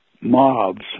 mobs